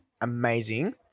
amazing